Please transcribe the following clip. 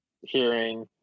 hearing